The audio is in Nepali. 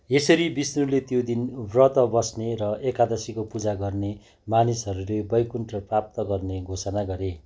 यसरी विष्णुले त्यो दिन व्रत बस्ने र एकादशीको पूजा गर्ने मानिसहरूले वैकुण्ठ प्राप्त गर्ने घोषणा गरे